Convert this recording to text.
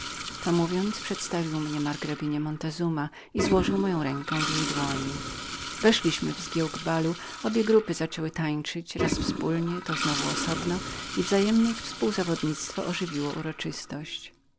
to mówiąc przedstawił mnie margrabinie montezuma i złożył moją rękę w jej dłoni weszliśmy w zgiełk balu obie czeredy zaczęły tańcować i wzajemne ich spółzawodnictwo ożywiło uroczystość